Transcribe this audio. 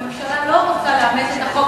הממשלה לא רוצה לאמץ את החוק,